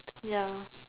ya